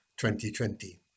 2020